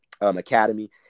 Academy